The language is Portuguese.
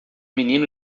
menino